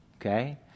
okay